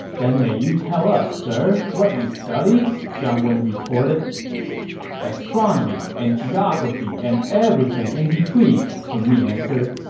then may you tell us, sir, what you study? zhang wen retorted astronomy and geography and everything in between, qin mi answered.